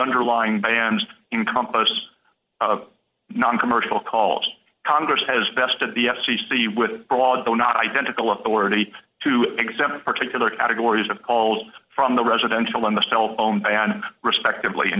underlying bans encompass non commercial calls congress has best at the f c c with broad though not identical authority to examine particular categories of calls from the residential in the cell phone respectively and